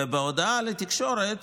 ובהודעה לתקשורת